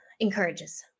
encourages